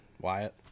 Wyatt